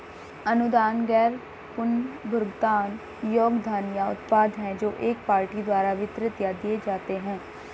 अनुदान गैर पुनर्भुगतान योग्य धन या उत्पाद हैं जो एक पार्टी द्वारा वितरित या दिए जाते हैं